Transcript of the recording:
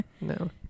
No